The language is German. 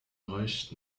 reicht